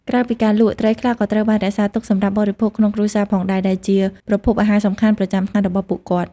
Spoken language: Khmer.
ក្រៅពីការលក់ ត្រីខ្លះក៏ត្រូវបានរក្សាទុកសម្រាប់បរិភោគក្នុងគ្រួសារផងដែរ ដែលជាប្រភពអាហារសំខាន់ប្រចាំថ្ងៃរបស់ពួកគាត់។